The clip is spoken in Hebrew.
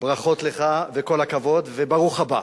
ברכות לך וכל הכבוד וברוך הבא.